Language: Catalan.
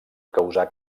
causar